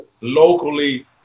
locally